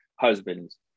husbands